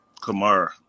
Kamara